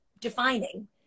defining